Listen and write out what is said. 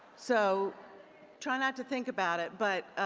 so try not to think about it. but